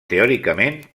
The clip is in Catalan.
teòricament